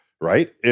right